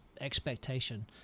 expectation